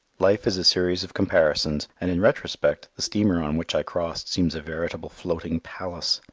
life is a series of comparisons and in retrospect the steamer on which i crossed seems a veritable floating palace.